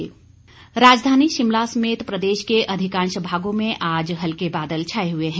मौसम राजधानी शिमला समेत प्रदेश के अधिकांश भागों में आज हल्के बादल छाए हुए है